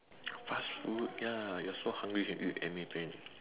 fast food ya you're so hungry you can eat anything